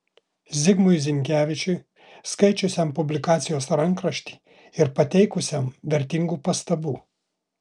zigmui zinkevičiui skaičiusiam publikacijos rankraštį ir pateikusiam vertingų pastabų